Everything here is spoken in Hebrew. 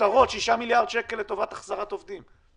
כותרות 6 מיליארד שקל לטובת החזרת עובדים.